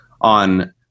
on